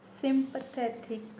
sympathetic